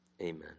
Amen